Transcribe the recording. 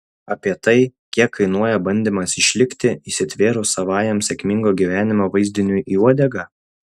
apie tai kiek kainuoja bandymas išlikti įsitvėrus savajam sėkmingo gyvenimo vaizdiniui į uodegą